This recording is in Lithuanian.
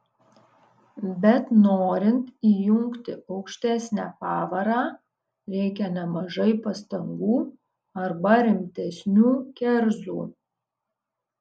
bet norint įjungti aukštesnę pavarą reikia nemažai pastangų arba rimtesnių kerzų